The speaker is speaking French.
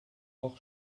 hors